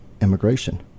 immigration